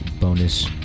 bonus